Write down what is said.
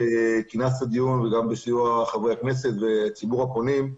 שכינסת את הדיון וגם בסיוע חברי הכנסת וציבור הפונים.